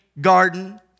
garden